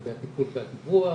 לגבי הטיפול והדיווח,